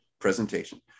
presentation